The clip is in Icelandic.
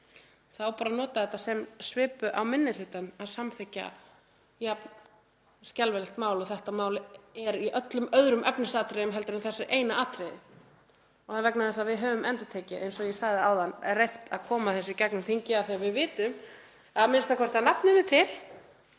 á bara að nota þetta sem svipu á minni hlutann til að samþykkja jafn skelfilegt mál og þetta mál er í öllum öðrum efnisatriðum en þessu eina atriði. Það er vegna þess að við höfum endurtekið, eins og ég sagði áðan, reynt að koma þessu í gegnum þingið af því að við vitum að a.m.k. að nafninu til,